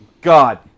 God